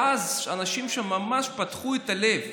ואנשים ממש פתחו את הלב.